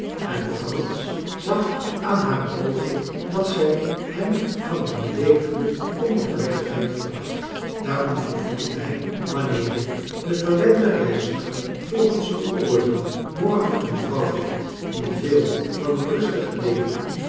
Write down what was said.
en frans zag aan haar oogen dat zij hem van een beleefde onoprechtheid verdacht daarom vervolgde hij wanneer ik de verwende reiziger volgens uw oordeel morgen een vrouw vind die veel van een rustig leven